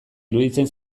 iruditzen